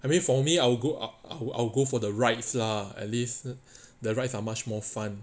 I mean for me I will go up I'll I'll go for the rides lah at least the rides are much more fun